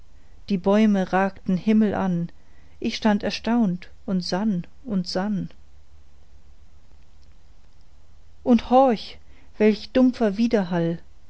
die bäume ragten himmelan ich stand erstaunt und sann und sann und horch welch dumpfer widerhall